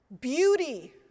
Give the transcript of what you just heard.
Beauty